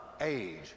age